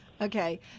Okay